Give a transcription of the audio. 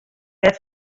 wer